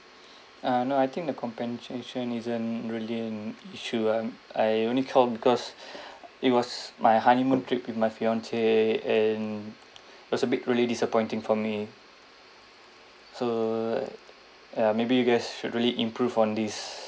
uh no I think the compensation isn't really an issue uh I only call because it was my honeymoon trip with my fiance and it was bit really disappointing for me so ya maybe you guys should really improve on this